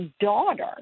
daughter